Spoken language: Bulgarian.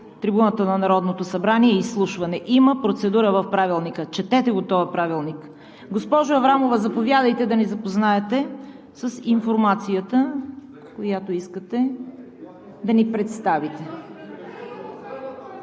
трибуната на Народното събрание изслушване. Има процедура в Правилника. Четете го този правилник. Госпожо Аврамова, заповядайте да ни запознаете с информацията, която искате да ни представите.